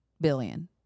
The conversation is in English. billion